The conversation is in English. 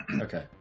Okay